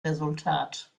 resultat